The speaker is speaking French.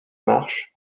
marche